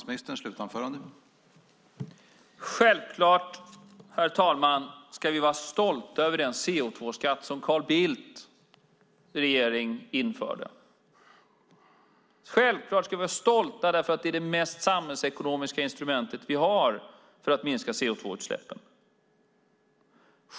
Herr talman! Självklart ska vi vara stolta över den CO2-skatt som Carl Bildts regering införde. Självklart ska vi vara stolta, för det är det mest samhällsekonomiska instrument vi har för att minska CO2-utsläppen.